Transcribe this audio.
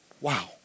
Wow